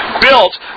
built